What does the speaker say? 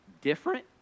different